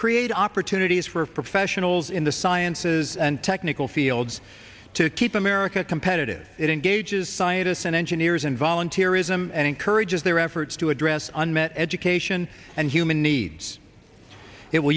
opportunities for professionals in the sciences and technical fields to keep america competitive it engages scientists and engineers and volunteer ism and encourages their efforts to address unmet education and human needs it will